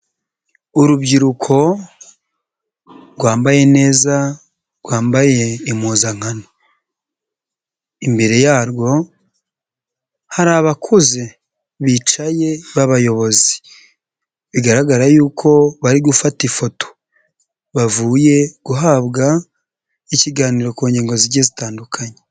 Urubyiruko rwambaye neza rwambaye impuzankano, imbere yarwo hari abakuze bicaye b'abayobozi bigaragara yuko bari gufata ifoto, bavuye guhabwa ikiganiro ku nkingo zigiye zitandukanye.